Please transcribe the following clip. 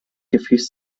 gefäß